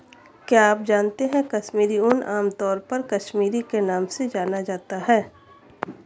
क्या आप जानते है कश्मीरी ऊन, आमतौर पर कश्मीरी के नाम से जाना जाता है?